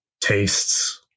tastes